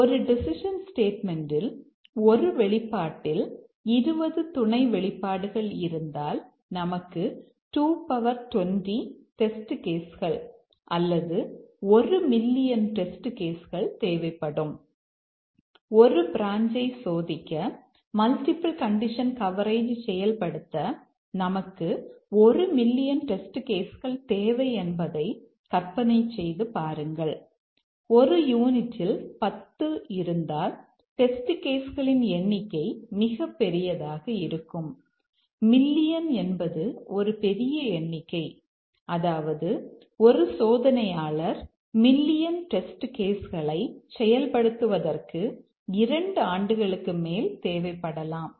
ஒரு டெசிஷன் ஸ்டேட்மெண்ட்யில் ஒரு வெளிப்பாட்டில் 20 துணை வெளிப்பாடுகள் இருந்தால் நமக்கு 220 டெஸ்ட் கேஸ் களை செயல்படுத்துவதற்கு இரண்டு ஆண்டுகளுக்கு மேல் தேவைப்படலாம்